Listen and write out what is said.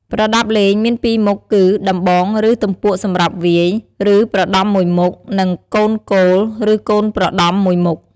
ប្រដាប់លេង មាន២មុខគឺ ដំបង ឬ ទំពក់សម្រាប់វាយ ឬប្រដំមួយមុខ និងកូលគោល ឬកូនប្រដំ ១ មុខ។